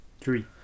three